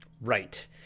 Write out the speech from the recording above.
Right